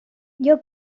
your